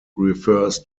refers